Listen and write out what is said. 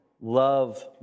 love